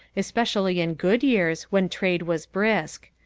especially in good years when trade was brisk.